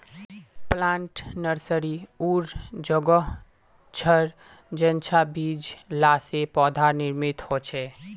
plant nursery उर जोगोह छर जेंछां बीज ला से पौधार निर्माण होछे